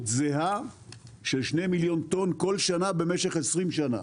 זהה של שני מיליון טון כל שנה במשך 20 שנה.